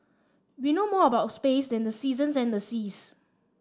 we know more about space than the seasons and the seas